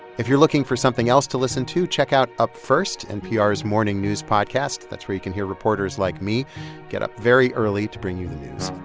if you're looking for something else to listen to, check out up first, npr's morning news podcast. that's where you can hear reporters like me get up very early to bring you the news.